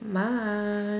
must